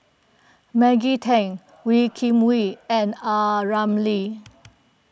Maggie Teng Wee Kim Wee and A Ramli